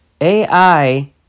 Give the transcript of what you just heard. AI